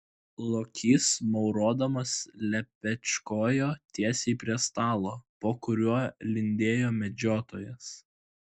lokys maurodamas lepečkojo tiesiai prie stalo po kuriuo lindėjo medžiotojas